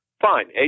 fine